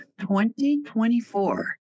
2024